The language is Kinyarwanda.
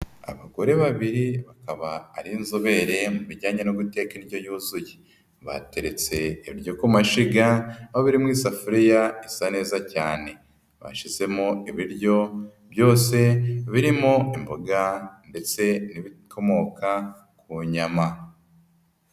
Abagore babiri bakaba ari inzobere mu bijyanye no guteka indyo yuzuye, bateretse ibyoryo ku mashiga, aho biri mu isafuriya isa neza cyane bashizemo ibiryo byose birimo imboga ndetse n'ibikomoka ku nyama.